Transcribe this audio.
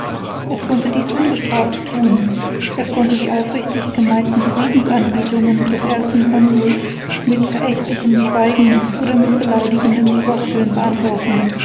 es konnte dies ungestraft thun es konnte die aufrichtig gemeinten friedensanerbietungen des ersten consuls mit verächtlichem schweigen oder mit beleidigenden floskeln beantworten